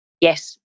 Yes